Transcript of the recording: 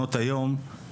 במעונות היום,